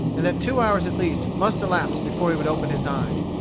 and that two hours at least must elapse before he would open his eyes.